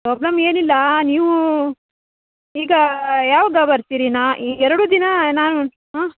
problem ಏನಿಲ್ಲ ನೀವು ಈಗ ಯಾವಾಗ ಬರ್ತೀರಿ ನಾನು ಈ ಎರಡು ದಿನ ನಾನು ಹ್ಞ